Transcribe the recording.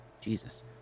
Jesus